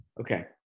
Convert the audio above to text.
Okay